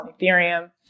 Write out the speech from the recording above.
ethereum